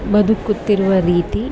ಬದುಕುತ್ತಿರುವ ರೀತಿ